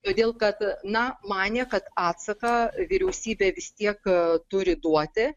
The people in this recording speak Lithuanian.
todėl kad na manė kad atsaką vyriausybė vis tiek turi duoti